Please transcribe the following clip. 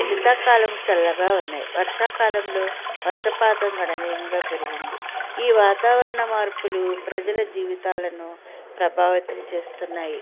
శీతాకాలం చల్లగా ఉన్నాయి వర్షాకాలంలో వర్షపాతంగాడా గణనీయంగా పెరిగింది ఈ వాతావరణ మార్పులు ప్రజల జీవితాలను ప్రభావితం చేస్తున్నాయి